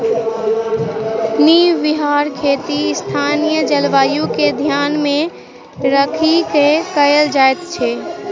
निर्वाह खेती स्थानीय जलवायु के ध्यान मे राखि क कयल जाइत छै